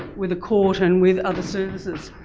with a court and with other services.